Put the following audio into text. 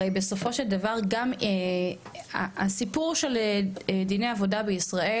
הרי בסופו של דבר גם הסיפור של דיני עבודה בישראל,